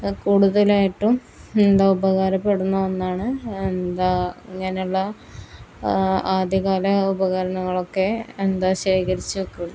കൂടുതലായിട്ടും എന്താ ഉപകാരപ്പെടുന്ന ഒന്നാണ് എന്താ ഇങ്ങനെയുള്ള ആദ്യകാല ഉപകരണങ്ങളൊക്കെ എന്താ ശേഖരിച്ച് വെക്കും